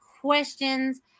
questions